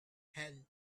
hell